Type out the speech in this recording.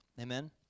Amen